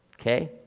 okay